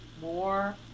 more